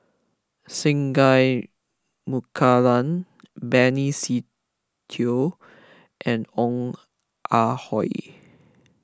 Singai Mukilan Benny Se Teo and Ong Ah Hoi